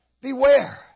Beware